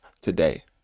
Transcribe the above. today